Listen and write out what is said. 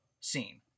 scene